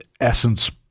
essence